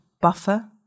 Buffer